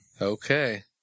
Okay